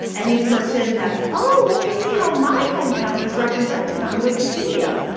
any person that's oh, let me see how my hometown is represented on wikipedia.